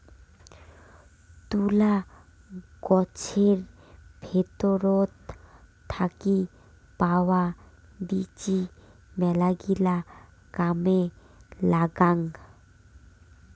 তুলা গছের ভেতর থাকি পাওয়া বীচি মেলাগিলা কামে লাগাং